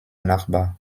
nachbar